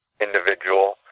individual